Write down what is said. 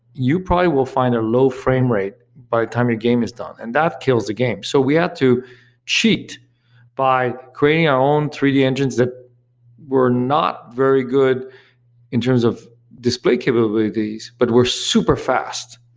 you probably will find a low framerate by the time your game is done, and that kills the game. so we had to cheat by creating our own three d engines that were not very good in terms of display capabilities, but were superfast.